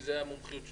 כי זו המומחיות שלי.